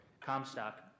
Comstock